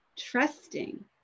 trusting